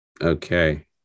Okay